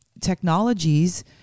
technologies